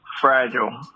fragile